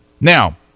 Now